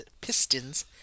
Pistons